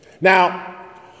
Now